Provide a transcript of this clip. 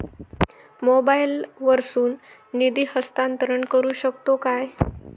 मोबाईला वर्सून निधी हस्तांतरण करू शकतो काय?